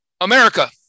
america